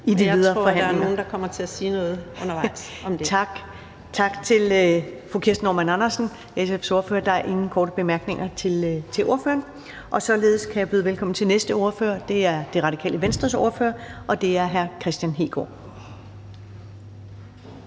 Jeg tror, at der er nogen, der kommer til at sige noget undervejs om det). Tak til fru Kirsten Normann Andersen, SF's ordfører. Der er ingen korte bemærkninger til ordføreren. Således kan jeg byde velkommen til den næste ordfører, som er Det Radikale Venstres ordfører, og det er hr. Kristian Hegaard.